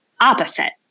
opposite